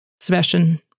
Sebastian